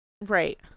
Right